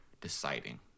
deciding